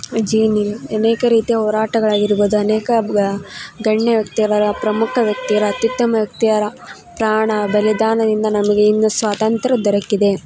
ಜೀನಿ ಅನೇಕ ರೀತಿಯ ಹೋರಾಟಗಳಾಗಿರ್ಬೋದು ಅನೇಕ ಗಣ್ಯ ವ್ಯಕ್ತಿರರ ಪ್ರಮುಖ ವ್ಯಕ್ತಿರ ಅತ್ಯುತ್ತಮ ವ್ಯಕ್ತಿಯರ ಪ್ರಾಣ ಬಲಿದಾನದಿಂದ ನಮಗೆ ಇಂದು ಸ್ವಾತಂತ್ರ್ಯ ದೊರಕಿದೆ